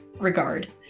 regard